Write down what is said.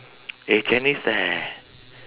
eh chinese leh